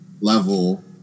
level